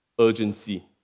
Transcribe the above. urgency